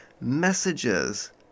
messages